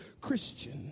Christian